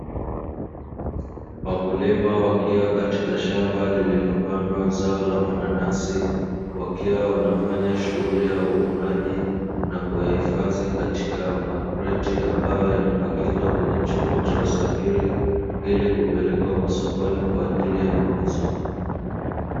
Wakulima wakiwa katika shamba lililopandwa zao la mananasi wakiwa wanafanya shughuli ya uvunaji, na kuyahifadhi katika makreti ambayo yanayopakizwa kwenye chombo cha usafiri ili kupelekwa masokoni kwa ajili ya mauzo.